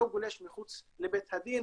לא גולש מחוץ לבית הדין,